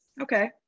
okay